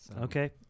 Okay